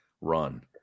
run